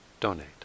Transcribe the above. donate